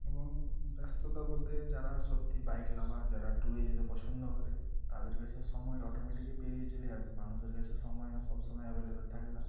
এবং ব্যস্ততা বলতে যারা সত্যি বাইক লাভার যারা ট্যুরে যেতে পছন্দ করে তাদের কাছে সময় অটোমেটিকই বেরিয়ে চলে আসে মানুষের কাছে সময়ও সবসময় অ্যাভেইলেবল থাকে না